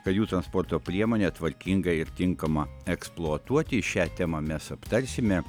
kad jų transporto priemonė tvarkinga ir tinkama eksploatuoti šią temą mes aptarsime